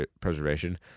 preservation